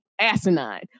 asinine